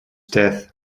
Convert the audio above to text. death